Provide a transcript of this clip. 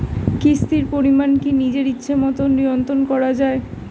কিস্তির পরিমাণ কি নিজের ইচ্ছামত নিয়ন্ত্রণ করা যায়?